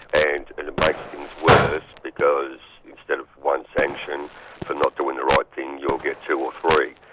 and and it makes things worse because instead of one sanction for not doing the right thing, you'll get two or three,